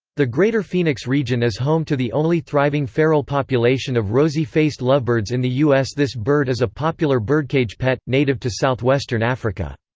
the greater phoenix region is home to the only thriving feral population of rosy-faced lovebirds in the u s. this bird is a popular birdcage pet, native to southwestern africa.